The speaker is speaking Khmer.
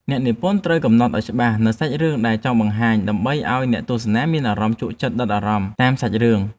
អ្នកនិពន្ធត្រូវកំណត់ឱ្យច្បាស់នូវសាច់រឿងដែលចង់បង្ហាញដើម្បីឱ្យអ្នកទស្សនាមានអារម្មណ៍ជក់ចិត្តដិតអារម្មណ៍តាមសាច់រឿង។